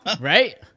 right